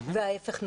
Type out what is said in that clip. ולהיפך.